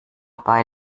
bei